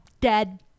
dead